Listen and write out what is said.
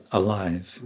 alive